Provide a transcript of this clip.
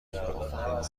شجاعت